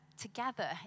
together